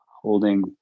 holding